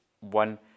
one